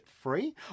free